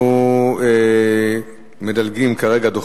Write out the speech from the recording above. בעד, 8, אין מתנגדים ואין נמנעים.